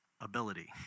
ability